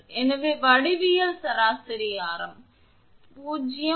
எனவே வடிவியல் சராசரி ஆரம் 0